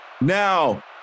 now